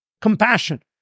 compassion